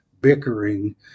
bickering